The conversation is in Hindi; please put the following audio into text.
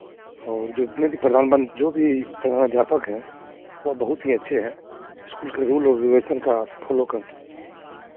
और जो अपने भी प्रधान मन् जो भी प्रधानाध्यापक हैं वो बहुत ही अच्छे हैं इस्कूल के रूल और रेगुलेशन का फोलो करते हैं